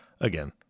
Again